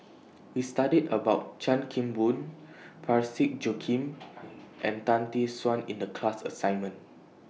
We studied about Chan Kim Boon Parsick Joaquim and Tan Tee Suan in The class assignment